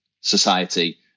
society